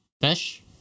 Fish